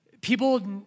people